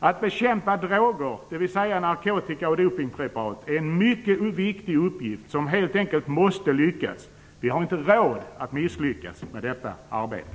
Att bekämpa droger, dvs. narkotika och dopningspreparat, är en mycket viktig uppgift som helt enkelt måste lyckas. Vi har inte råd att misslyckas med detta arbete.